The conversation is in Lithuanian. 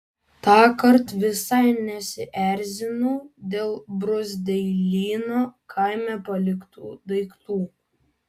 tąkart visai nesierzinau dėl bruzdeilyno kaime paliktų daiktų